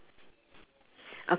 ya on the right there's a